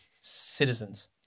citizens